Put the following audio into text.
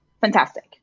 Fantastic